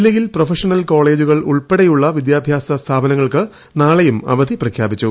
ജില്ലയിൽ പ്രൊഫഷണൽ കോളേജുകൾ ഉൾപ്പെടെയുള്ള വിദ്യാഭ്യാസ സ്ഥാപനങ്ങൾക്ക് നാളെയും അവധി പ്രഖ്യാപിച്ചു